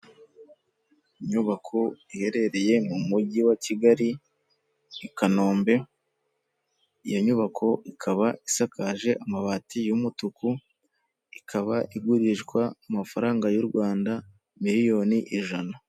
Inyubako iherereye mu mujyi wa Kigali i Kanombe iyo nyubako ikaba isakaje amabati y'umutuku, ikaba igurishwa amafaranga y'u rwanda miliyoni ijana.